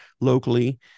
locally